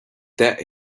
that